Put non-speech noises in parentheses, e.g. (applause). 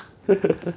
(laughs)